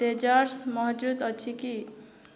desserts ମହଜୁଦ ଅଛି କି